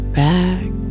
back